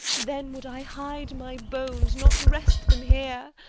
then would i hide my bones, not rest them here.